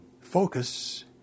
Focus